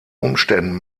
umständen